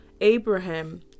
abraham